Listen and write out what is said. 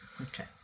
Okay